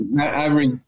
Average